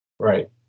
Right